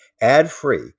ad-free